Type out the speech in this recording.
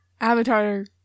Avatar